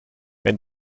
wenn